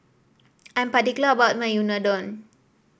I am particular about my Unadon